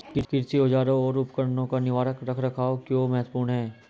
कृषि औजारों और उपकरणों का निवारक रख रखाव क्यों महत्वपूर्ण है?